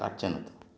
আর কিছু নেই